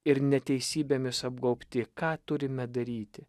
ir neteisybėmis apgaubti ką turime daryti